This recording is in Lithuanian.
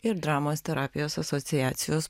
ir dramos terapijos asociacijos